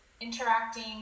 interacting